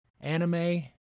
anime